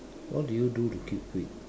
what do you do to keep fit